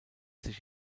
sich